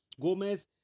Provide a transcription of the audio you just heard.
Gomez